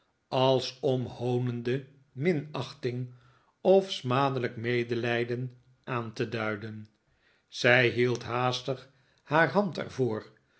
als om hoonende minachting of srriadelijk medelijden aan te duiden zij hield haastig haar hand